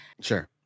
Sure